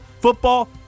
football